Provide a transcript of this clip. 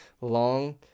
long